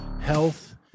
health